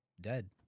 dead